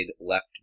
left